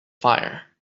fire